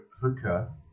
hooker